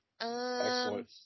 Excellent